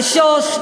לשוש,